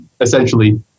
essentially